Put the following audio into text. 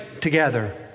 together